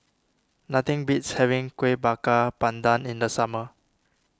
nothing beats having Kuih Bakar Pandan in the summer